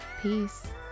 Peace